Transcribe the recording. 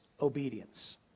obedience